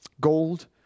Gold